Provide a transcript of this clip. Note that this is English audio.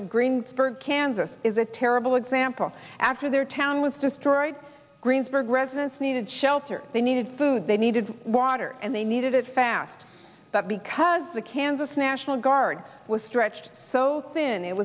of greensburg kansas is a terrible a sample after their town was destroyed greensburg residents needed shelter they needed food they needed water and they needed it fast but because the kansas national guard was stretched so thin